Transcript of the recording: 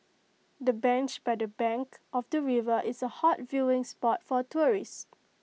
the bench by the bank of the river is A hot viewing spot for tourists